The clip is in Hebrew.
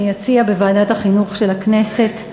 אני אציע בוועדת החינוך של הכנסת,